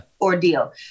ordeal